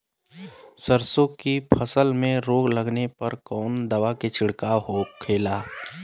सरसों की फसल में रोग लगने पर कौन दवा के छिड़काव होखेला?